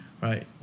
right